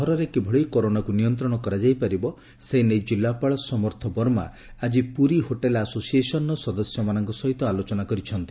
ସହରରେ କିଭଳି କରୋନାକୁ ନିୟନ୍ତ୍ରଣ କରାଯାଇ ପାରିବ ସେନେଇ ଜିଲ୍ଲାପାଳ ଶ୍ରୀ ସମର୍ଥ ବର୍ମା ଆକି ପୁରୀ ହୋଟେଲ ଆସୋସିଏସନର ସଦସ୍ୟମାନଙ୍କ ସହିତ ଆଲୋଚନା କରିଛନ୍ତି